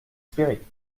espérer